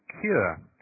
cure